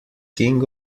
king